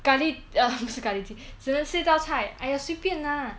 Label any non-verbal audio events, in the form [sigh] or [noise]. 咖喱 err [laughs] 不是咖喱鸡只能吃一道菜哎呀随便啦